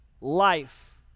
life